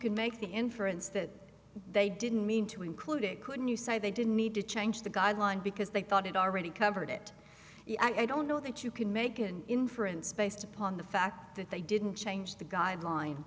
can make the inference that they didn't mean to include it couldn't you say they didn't need to change the guideline because they thought it already covered it i don't know that you can make an inference based upon the fact that they didn't change the guideline